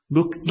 Look